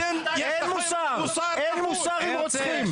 אתם, יש לכם מוסר כפול.